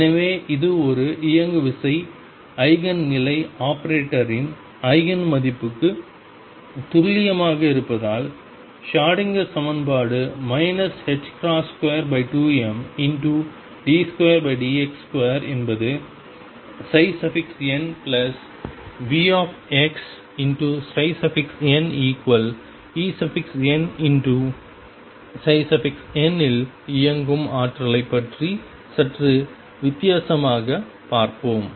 எனவே இது ஒரு இயங்குவிசை ஈஜென் நிலை ஆபரேட்டரின் ஈஜென் மதிப்பு துல்லியமாக இருப்பதால் ஷ்ரோடிங்கர் சமன்பாடு 22md2dx2 என்பது nVxnEnn இல் இயங்கும் ஆற்றலைப் பற்றி சற்று வித்தியாசமாகப் பார்ப்போம்